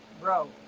Bro